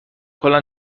کلا